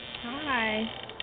Hi